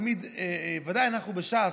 ודאי אנחנו בש"ס,